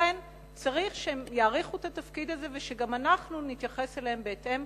לכן צריך שהם יעריכו את התפקיד הזה ושגם אנחנו נתייחס אליהם בהתאם,